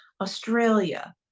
Australia